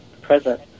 present